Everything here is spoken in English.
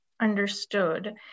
understood